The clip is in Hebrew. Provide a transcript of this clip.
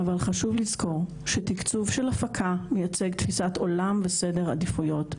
אבל חשוב לזכור שתיקצוב של הפקה מייצג תפיסת עולם וסדר עדיפויות.